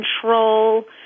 control